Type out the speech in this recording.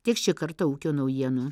tiek šį kartą ūkio naujienų